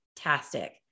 fantastic